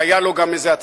והיתה לו גם הצעה,